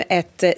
ett